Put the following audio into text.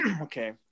Okay